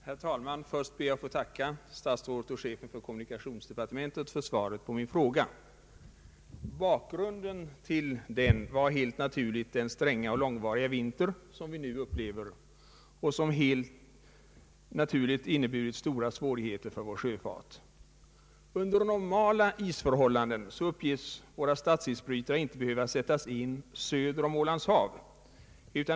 Herr talman! Först ber jag att få tacka statsrådet och chefen för kommunikationsdepartementet för svaret på min fråga. Bakgrunden till den var helt naturligt den stränga och långvariga vinter som vi nu upplever och som givetvis inneburit stora svårigheter för vår sjöfart. Under normala isförhållanden uppges våra statsisbrytare inte behöva sättas in söder om Ålands hav.